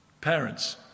Parents